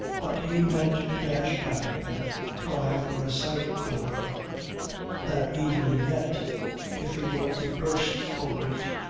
but he meant to dash back and try for a sight of her that evening yet if he were to burst over it.